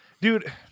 dude